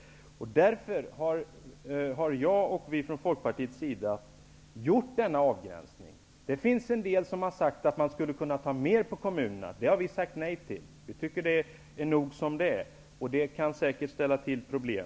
Därför har jag och vi från Folkpartiet gjort denna avgränsning. Det finns en del som har sagt att man skulle kunna ta mer från kommunerna. Men det har vi sagt nej till. Vi tycker att det är nog som det är, och det kan säkert ställa till problem.